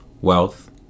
wealth